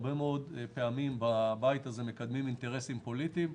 הרבה מאוד פעמים בבית הזה מקדמים אינטרסים פוליטיים,